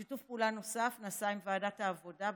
שיתוף פעולה נוסף נעשה עם ועדת העבודה בכנסת.